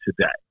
today